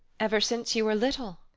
ever since you were little?